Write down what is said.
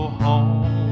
home